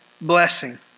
blessing